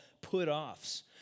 put-offs